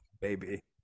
baby